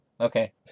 Okay